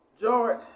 George